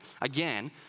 again